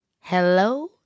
Hello